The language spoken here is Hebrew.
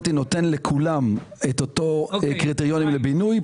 נותן לכולם אותם קריטריונים לבינוי.